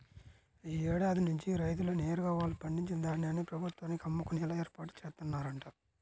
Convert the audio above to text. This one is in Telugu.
యీ ఏడాది నుంచి రైతులే నేరుగా వాళ్ళు పండించిన ధాన్యాన్ని ప్రభుత్వానికి అమ్ముకునేలా ఏర్పాట్లు జేత్తన్నరంట